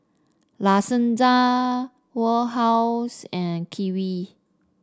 La Senza Warehouse and Kiwi